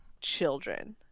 children